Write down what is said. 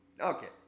Okay